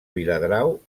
viladrau